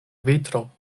vitro